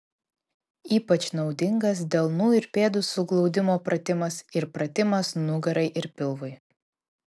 ypač naudingas delnų ir pėdų suglaudimo pratimas ir pratimas nugarai ir pilvui